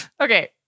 Okay